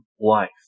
life